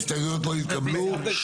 ההסתייגויות לא התקבלו.